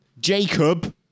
Jacob